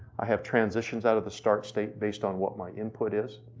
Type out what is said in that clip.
i have transitions out of the start state, based on what my input is.